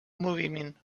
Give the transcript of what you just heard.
moviment